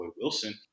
Wilson